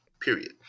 period